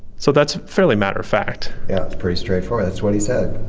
so that's fairly matter of fact. yeah. that's pretty stra ightforward. that's what he said.